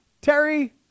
terry